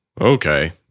okay